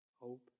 Hope